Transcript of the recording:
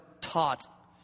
taught